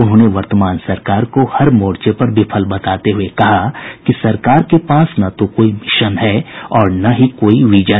उन्होंने वर्तमान सरकार को हर मोर्चे पर विफल बताते हुए कहा कि सरकार के पास न तो कोई मिशन है और न ही कोई विजन